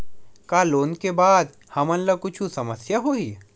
का लोन ले के बाद हमन ला कुछु समस्या होही?